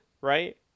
right